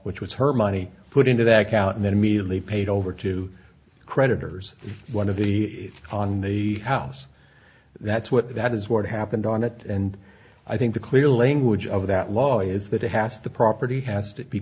which was her money put into that account and then immediately paid over to creditors one of the on the house that's what that is what happened on it and i think the clear language of that law is that it has the property has to be